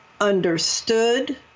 understood